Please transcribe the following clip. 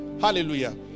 hallelujah